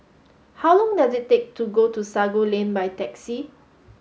how long does it take to get to Sago Lane by taxi